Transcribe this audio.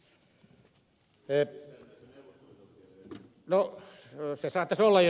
no se saattaisi olla jos ed